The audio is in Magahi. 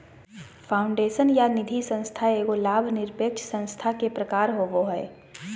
फाउंडेशन या निधिसंस्था एगो लाभ निरपेक्ष संस्था के प्रकार होवो हय